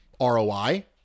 ROI